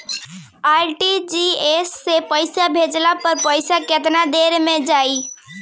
RTGS से पईसा भेजला पर पईसा केतना देर म जाई?